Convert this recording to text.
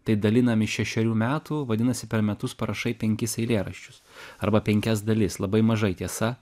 tai dalinam iš šešerių metų vadinas per metus parašai penkis eilėraščius arba penkias dalis labai mažai tiesa